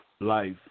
Life